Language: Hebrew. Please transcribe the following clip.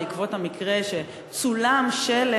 סערה בעקבות המקרה של השלט שצולם שמבקש